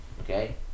Okay